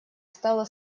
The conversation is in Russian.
стало